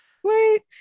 Sweet